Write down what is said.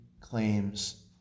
claims